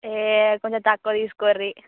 ఏ కొంచెం తక్కువ తీసుకోండి